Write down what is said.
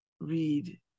read